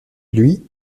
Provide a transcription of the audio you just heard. lui